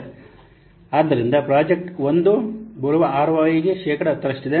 ಆದ್ದರಿಂದ ಪ್ರಾಜೆಕ್ಟ್ 1 ಬರುವ ಆರ್ಒಐಗೆ ಶೇಕಡಾ 10 ರಷ್ಟಿದೆ